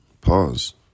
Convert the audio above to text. pause